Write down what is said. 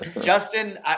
Justin